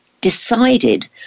decided